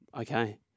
Okay